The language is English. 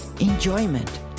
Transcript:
enjoyment